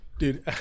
Dude